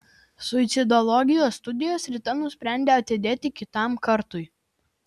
suicidologijos studijas rita nusprendė atidėti kitam kartui